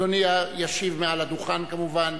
אדוני ישיב מעל הדוכן, כמובן,